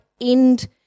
end